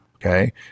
Okay